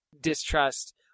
distrust